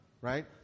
right